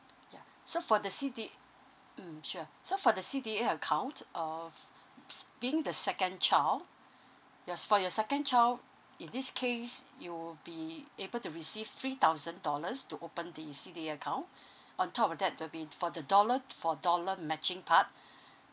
ya so for the C_D mm sure so for the C_D_A account of s~ being the second child your for your second child in this case you will be able to receive three thousand dollars to open the C_D_A account on top of that there'll be for the dollar for dollar matching part